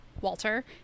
Walter